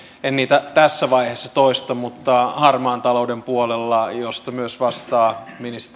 en niitä tässä vaiheessa toista mutta harmaan talouden puolella josta myös vastaa